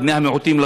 לבני המיעוטים,